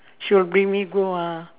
she'll bring me go ah